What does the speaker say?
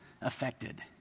affected